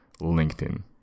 LinkedIn